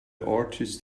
artist